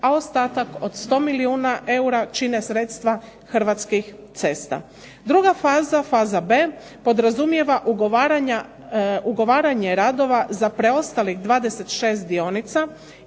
a ostatak od 100 milijuna eura čine sredstva Hrvatskih cesta. Druga faza, faza B podrazumijeva ugovaranje radova za preostalih 26 dionica,